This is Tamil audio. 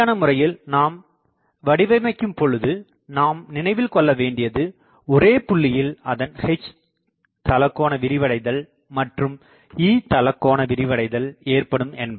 முறையில் நாம் வடிவமைக்கும் பொழுது நாம் நினைவில் கொள்ள வேண்டியது ஒரே புள்ளியில் அதன் H தளக்கோண விரிவடைதல் மற்றும் E தளக் கோண விரிவடைதல் ஏற்படும் என்பதே